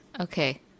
okay